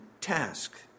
task